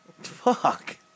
Fuck